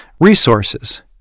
Resources